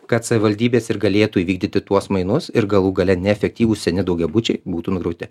kad savivaldybės ir galėtų įvykdyti tuos mainus ir galų gale neefektyvūs seni daugiabučiai būtų nugriauti